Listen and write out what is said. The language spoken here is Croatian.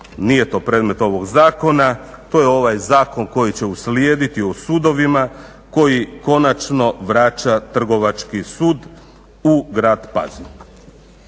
nije to predmet ovog zakona, to je ovaj zakon koji će uslijediti o sudovima koji konačno vraća Trgovački sud u grad Pazin.